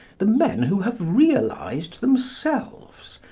the men who have realised themselves,